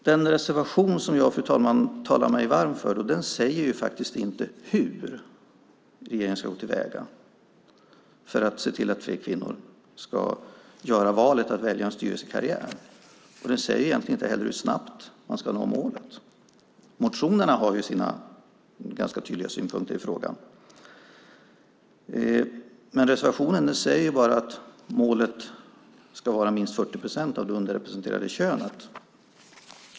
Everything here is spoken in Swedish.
Den reservation som jag talar mig varm för, fru talman, säger inte hur regeringen ska gå till väga för att se till att fler kvinnor ska välja en styrelsekarriär, och den säger egentligen inte heller hur snabbt man ska nå målet. I motionerna framkommer ganska tydliga synpunkter i frågan, men reservationen säger bara att målet ska vara minst 40 procent av det underrepresenterade könet.